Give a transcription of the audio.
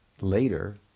Later